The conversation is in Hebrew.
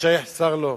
אשר יחסר לו.